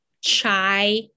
chai